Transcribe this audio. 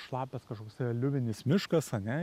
šlapias kažkoksai aliuvinis miškas ane